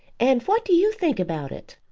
and what do you think about it?